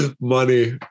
Money